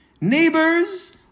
Neighbors